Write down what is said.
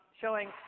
showing